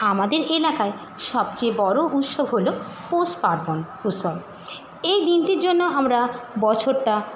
আমাদের এলাকায় সবচেয়ে বড়ো উৎসব হলো পৌষ পার্বণ উৎসব এই দিনটির জন্য আমরা বছরটা